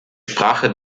sprache